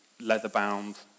leather-bound